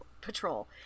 Patrol